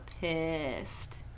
pissed